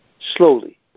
slowly